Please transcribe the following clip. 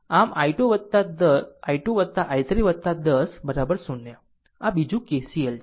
આમ i2 i3 10 0 આ બીજું KCL છે